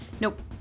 Nope